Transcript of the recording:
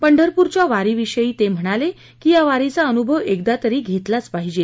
पंढरपूरच्या वारीविषयी ते म्हणाले की या वारीचा अनुभव एकदातरी घेतलाच पाहिजे